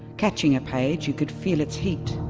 catching a page, you could feel its heat,